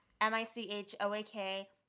M-I-C-H-O-A-K